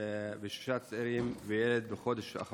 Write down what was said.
ובחודש האחרון נרצחו שישה צעירים וילד בנצרת.